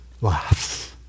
laughs